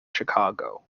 chicago